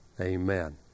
amen